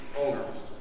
owner